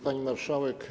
Pani Marszałek!